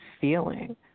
feeling